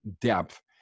depth